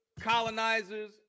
colonizers